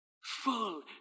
Full